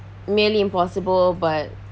merely impossible but